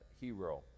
hero